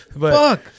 Fuck